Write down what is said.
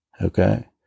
okay